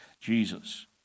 Jesus